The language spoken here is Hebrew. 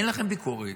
אין לכם ביקורת.